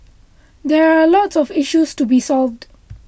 there are lots of issues to be solved